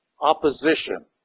opposition